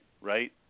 right